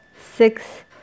six